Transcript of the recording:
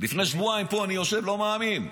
לפני שבועיים אני יושב פה ולא מאמין.